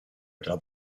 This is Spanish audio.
otra